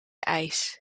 eis